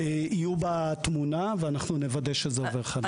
יהיו בתמונה, ואנחנו נוודא שזה עובר חלק.